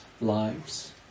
lives